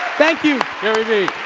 thank you. gary v.